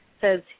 says